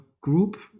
group